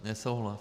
Nesouhlas.